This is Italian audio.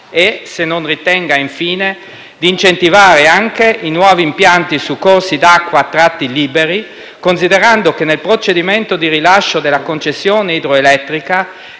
se non ritenga di incentivare anche i nuovi impianti su corsi d'acqua a tratti liberi, considerando che nel procedimento di rilascio della concessione idroelettrica